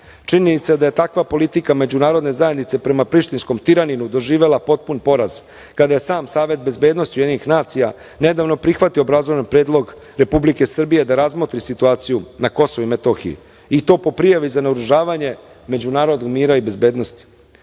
Prištine. Činjenica je da je takva politika međunarodne zajednice prema prištinskom tiraninu doživela potpun poraz, kada je sam Savet bezbednosti UN nedavno prihvatio obrazložen predlog Republike Srbije da razmotri situaciju na Kosovu i Metohiji i to po prijavi za naoružavanje međunarodnog mira i bezbednosti,